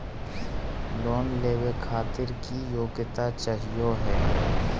Loan लेवे खातीर की योग्यता चाहियो हे?